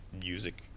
music